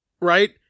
right